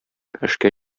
эшкә